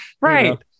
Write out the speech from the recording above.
Right